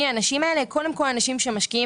מי האנשים האלה קודם כל אנשים שמשקיעים